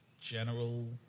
general